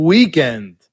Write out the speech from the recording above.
Weekend